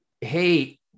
hey